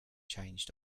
changed